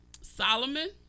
Solomon